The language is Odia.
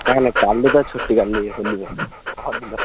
ନାଁ ନାଁ କାଲି ତ ଛୁଟି କାଲି ହୋଲି ବୋଲି ପଅରଦିନ